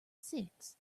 six